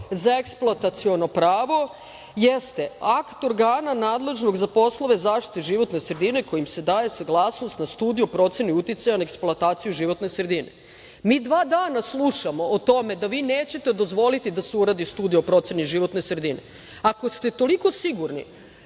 za eksploataciono pravo jeste akt organa nadležnog za poslove zaštite životne sredine kojim se daje saglasnost na studiju o proceni uticaja eksploatacije na životnu sredinu. Mi dva dana slušamo o tome da vi nećete dozvoliti da se uradi studija o proceni životne sredine. Ako, ste toliko sigurni